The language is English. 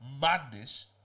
madness